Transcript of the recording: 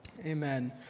Amen